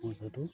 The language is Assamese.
পইচাটো